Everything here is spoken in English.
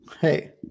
Hey